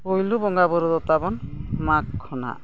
ᱯᱳᱭᱞᱳ ᱵᱚᱸᱜᱟᱼᱵᱩᱨᱩ ᱫᱚ ᱛᱟᱵᱚᱱ ᱢᱟᱜᱽ ᱠᱷᱚᱱᱟᱜ